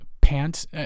pants